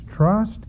Trust